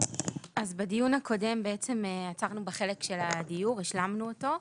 בדיון הקודם עצרנו בחלק של הדיור, השלמנו אותו,